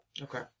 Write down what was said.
Okay